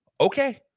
Okay